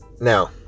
now